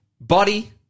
body